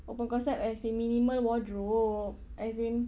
open concept as in minimal wardrobe as in